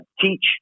teach